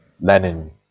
lenin